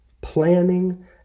planning